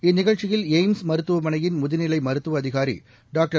இந்நிகழ்ச்சியில் எய்ம்ஸ் மருத்துவமனையின் முதுநிலை மருத்துவ அதிகாரி டாக்டர்